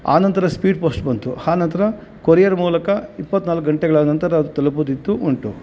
ಆನಂತರ speed post ಬಂತು ಆನಂತರ ಕೊರಿಯರ್ ಮೂಲಕ ಇಪ್ಪತ್ನಾಲ್ಕು ಗಂಟೆಗಳ ನಂತರ ಅದು ತಲುಪುದಿತ್ತು ಉಂಟು